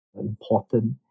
important